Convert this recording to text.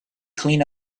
clean